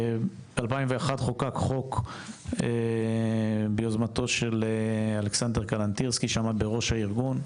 בשנת 2001 חוקק חוק ביוזמתו של אלכסנדר קלנטירסקי שעמד בראש הארגון,